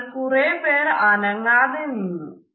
എന്നാൽ കുറെ പേർ അനങ്ങാതെ നിന്നു